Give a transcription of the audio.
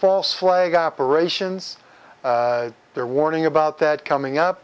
false flag operations they're warning about that coming up